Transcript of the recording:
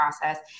process